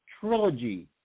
trilogy